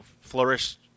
flourished